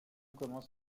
commence